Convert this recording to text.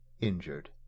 injured